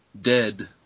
dead